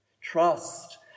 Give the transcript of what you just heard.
Trust